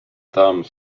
damme